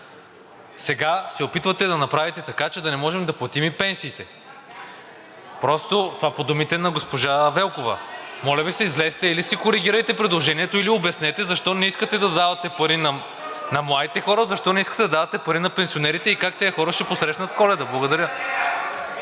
сега се опитвате да направите така, че да не можем да платим и пенсиите. (Шум и реплики от ГЕРБ-СДС.) Това е по думите на госпожа Велкова. Моля Ви се – излезте, или си коригирайте предложението, или обяснете защо не искате да давате пари на младите хора, защо не искате да давате пари на пенсионерите и как тези хора ще посрещат Коледа! Благодаря.